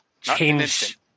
change